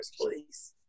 please